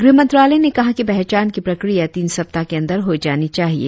गृह मंत्रालय ने कहा कि पहचान कि प्रक्रिया तीन सप्ताह के अंदर हो जानी चाहिए